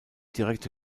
direkte